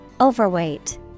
Overweight